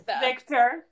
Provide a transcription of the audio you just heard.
Victor